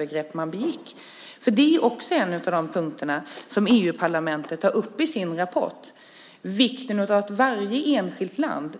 En av de punkter som EU-parlamentet tar upp i sin rapport är vikten av att varje enskilt land